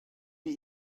die